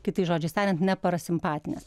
kitais žodžiais tariant ne parasimpatinės